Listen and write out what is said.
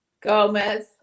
Gomez